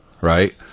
right